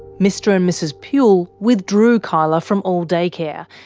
mr and mrs puhle withdrew kyla from all daycare,